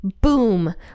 boom